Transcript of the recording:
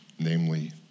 Namely